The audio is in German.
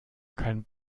kein